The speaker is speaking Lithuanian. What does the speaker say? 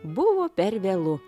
buvo per vėlu